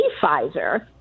Pfizer